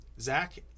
Zach